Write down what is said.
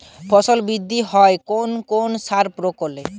ফসল বৃদ্ধি পায় কোন কোন সার প্রয়োগ করলে?